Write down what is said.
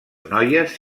noies